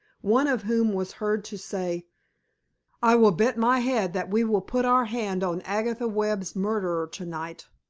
one of whom was heard to say i will bet my head that we will put our hand on agatha webb's murderer to-night.